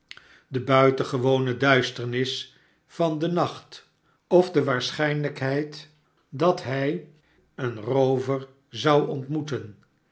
de buitengewone duisternis van den nacht of de waarschijnlijkheid dat hij een roover zou ontmoeten